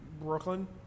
Brooklyn